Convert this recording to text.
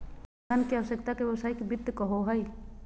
धन के आवश्यकता के व्यावसायिक वित्त कहो हइ